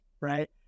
right